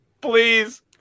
Please